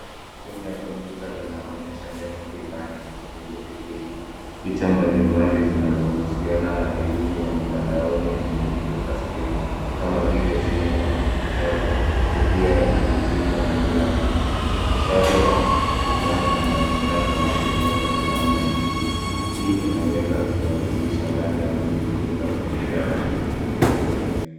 Skrini ya kompyuta inaonyesha neno e-learning kwa herufi kubwa. Picha mbali mbali zinazohusiana na elimu ya mtandaoni zimezunguka skrini, kama vile: simu, kitabu, kofia ya kuhitimu na glasi. Mishale wa kipanya unaonekana ukibonyeza alama ya tick . Hii inaweza kuwakilisha dhana ya kujifunza kwa njia ya kiteknolojia.